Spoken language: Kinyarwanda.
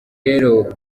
rero